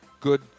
good